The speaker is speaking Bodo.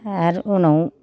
आरो उनाव